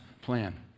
plan